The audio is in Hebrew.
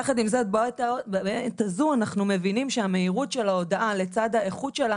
יחד עם זאת בעת הזו אנחנו מבינים שהמהירות של ההודעה לצד האיכות שלה